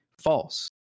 false